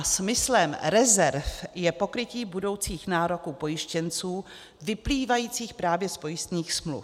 Smyslem rezerv je pokrytí budoucích nároků pojištěnců vyplývajících právě z pojistných smluv.